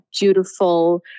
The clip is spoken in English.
beautiful